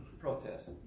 protest